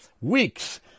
Weeks